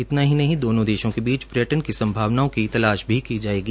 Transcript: इतना ही नहीं दोनों देशों के बीच पर्यटन की संभावनाओं की भी तलाश की जाएगी